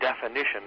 definition